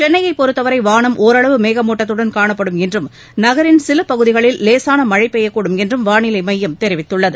சென்னையை பொறுத்தவரை வானம் ஒரளவு மேகமூட்டத்துடன் காணப்படும் என்றும் நகின் சில பகுதிகளில் லேசான மழை பெய்யக்கூடும் என்றும் வானிலை மையம் தெரிவித்துள்ளது